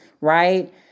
right